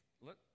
look